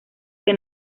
que